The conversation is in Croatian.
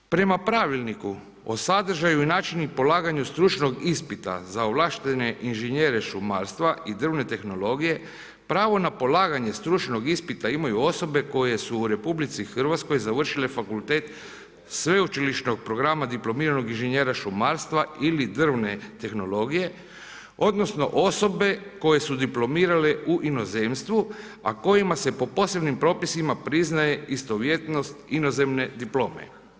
Prema pravilniku o sadržaju i načinu i polaganju stručnog ispita za ovlaštene inženjere šumarstva i drvne tehnologije, pravo na polaganje stručnog ispita imaju osobe koje su u RH završile fakultet sveučilišnog programa dip. inženjera šumarstva ili drvne tehnologije odnosno osobe koje su diplomirale u inozemstvu a kojima se po posebnim propisima priznaje istovjetnost inozemne diplome.